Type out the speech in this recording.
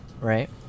right